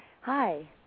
Hi